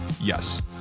Yes